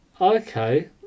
Okay